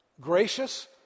Gracious